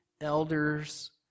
elders